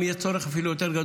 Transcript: אם יהיה צורך אפילו יותר.